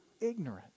ignorant